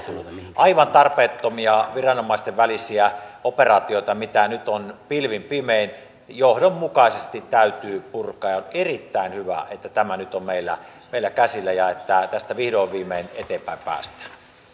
aivan tarpeettomia viranomaisten välisiä operaatioita joita nyt on pilvin pimein täytyy johdonmukaisesti purkaa on erittäin hyvä että tämä nyt on meillä meillä käsillä ja että tästä vihdoin viimein eteenpäin päästään